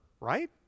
right